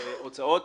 ההוצאות